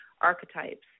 archetypes